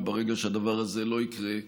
וברגע שהדבר הזה לא יקרה,